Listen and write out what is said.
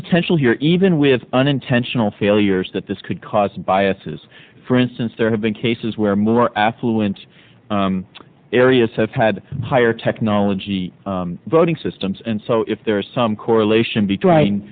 potential here even with unintentional failures that this could cause biases for instance there have been cases where more affluent areas have had higher technology voting systems and so if there is some correlation between